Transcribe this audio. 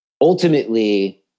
Ultimately